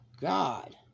God